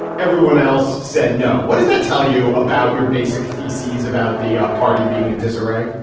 everyone else said no. what does that tell you about your basic theses about the ah party being in disarray?